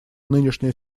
нынешняя